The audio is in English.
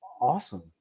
awesome